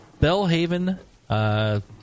Bellhaven